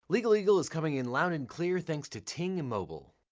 legaleagle is coming in loud and clear thanks to ting mobile.